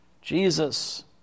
Jesus